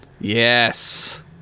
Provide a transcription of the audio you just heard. Yes